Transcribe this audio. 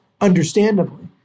understandably